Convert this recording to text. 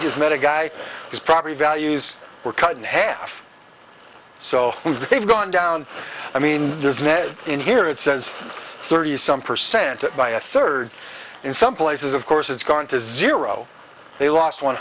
just met a guy whose property values were cut in half so they've gone down i mean there's ned in here it says thirty some percent by a third in some places of course it's gone to zero they lost one